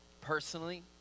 Personally